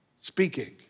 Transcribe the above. speaking